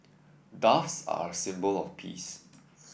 doves are a symbol of peace